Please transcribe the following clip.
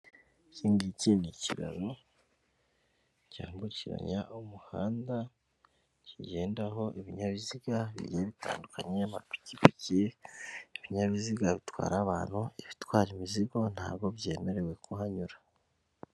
Iki ngiki ni ikiraro cyambukiranya umuhanda kigendaho ibinyabiziga bigiye bitandukanye; amapikipiki, ibinyabiziga bitwara abantu, ibitwara imizigo ntabwo byemerewe kuhanyura.